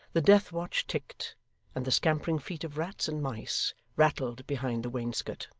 the death-watch ticked and the scampering feet of rats and mice rattled behind the wainscot.